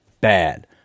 bad